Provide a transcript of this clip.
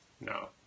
No